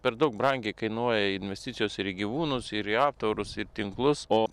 per daug brangiai kainuoja investicijos ir į gyvūnus ir į aptvarus ir tinklus o